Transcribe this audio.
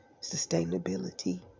sustainability